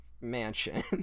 mansion